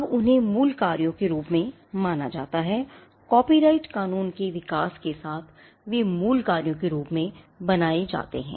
अब उन्हें मूल कार्यों के रूप में माना जाता है कॉपीराइट कानून के विकास के साथ वे मूल कार्यों के रूप में बनाए जाते हैं